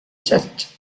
sett